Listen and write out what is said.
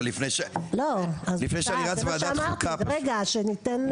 לפני שאני רץ לוועדת חוקה פשוט.